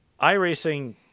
iRacing